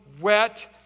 wet